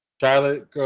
Charlotte